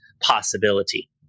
possibility